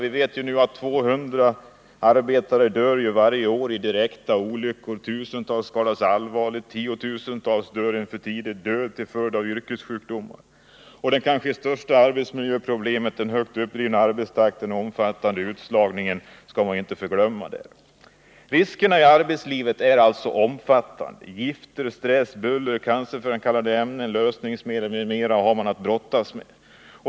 Vi vet att 200 arbetare dör varje år i direkta olyckor, tusentals skadas allvarligt, tiotusentals dör en för tidig död till följd | av yrkessjukdomar. Och det kanske största arbetsmiljöproblemet — den högt uppdrivna arbetstakten och den omfattande utslagningen — skall inte förglömmas. Riskerna i arbetslivet är alltså omfattande. Gifter, stress, buller, cancerframkallande ämnen, lösningsmedel m.m. har man att brottas med.